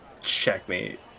checkmate